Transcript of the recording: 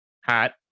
hat